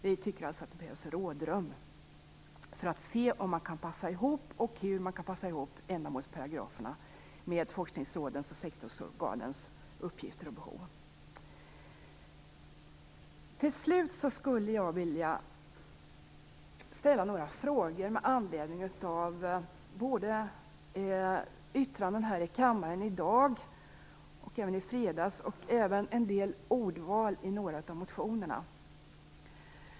Vi tycker att det behövs rådrum för att se om, och i så fall hur, man kan passa ihop ändamålsparagraferna med forskningsrådens och sektorsorganens uppgifter och behov. Jag skulle vilja ställa några frågor med anledning av både yttranden här i kammaren i dag och även i fredags samt en del ordval i några av motionerna.